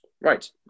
right